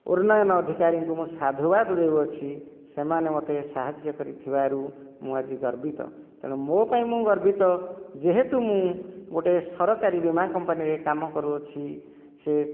ଉନ୍ନୟନ ଅଧିକାରୀଙ୍କୁ ମୁଁ ସାଧୁବାଦ ଦେଉଅଛି ସେମାନେ ମୋତେ ସାହାଯ୍ୟ କରିଥିବାରୁ ମୁଁ ଆଜି ଗର୍ବିତ ତେଣୁ ମୋ ପାଇଁ ମୁଁ ଗର୍ବିତ ଯେହେତୁ ମୁଁ ଗୋଟିଏ ସରକାରୀ ବୀମା କମ୍ପାନୀରେ କାମ କରୁଅଛି ସେ